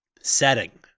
Setting